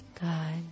God